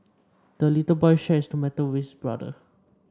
the little boy shared his tomato with his brother